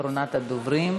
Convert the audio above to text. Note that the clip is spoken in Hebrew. אחרונת הדוברים.